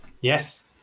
Yes